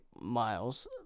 Miles